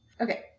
Okay